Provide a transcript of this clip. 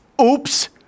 Oops